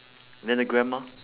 then the grandma